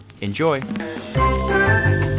Enjoy